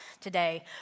today